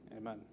Amen